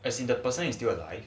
as in the person who still alive